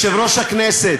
חברותי וחברי חברי הכנסת,